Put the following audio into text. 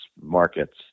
markets